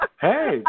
Hey